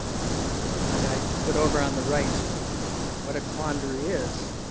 and and i put over on the right what a quandary is,